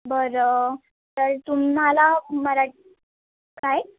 बरं तर तुम्हाला मरा काय